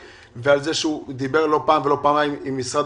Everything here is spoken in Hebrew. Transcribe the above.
ועל כך שהוא דיבר לא פעם ולא פעמיים עם מנכ"ל משרד